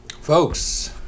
Folks